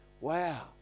Wow